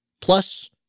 plus